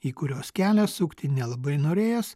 į kurios kelią sukti nelabai norėjos